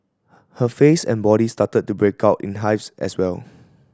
her face and body started to break out in hives as well